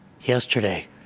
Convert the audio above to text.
yesterday